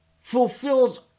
fulfills